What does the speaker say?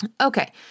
Okay